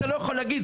אתה לא יכול להגיד,